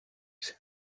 there